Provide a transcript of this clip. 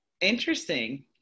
Interesting